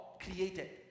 created